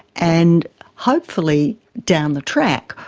and hopefully down the track,